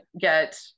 get